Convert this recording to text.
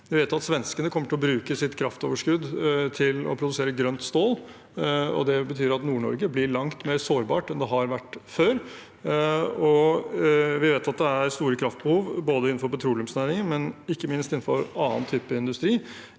Vi vet at svenskene kommer til å bruke sitt kraftoverskudd til å produsere grønt stål, og det betyr at Nord-Norge blir langt mer sårbart enn det har vært før. Vi vet også at det er store kraftbehov, både innenfor petroleumsnæringen og ikke minst innenfor annen type industri